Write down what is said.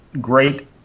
great